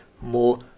more